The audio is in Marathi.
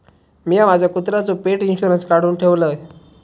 मिया माझ्या कुत्र्याचो पेट इंशुरन्स काढुन ठेवलय